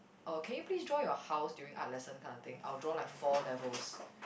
or can you please draw your house during art lesson kind of thing I'll draw like four levels